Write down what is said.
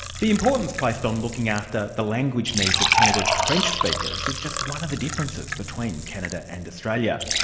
the importance placed on looking after the language needs of canada's french speakers is just one of the differences between canada and australia.